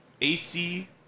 AC